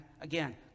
again